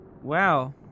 Wow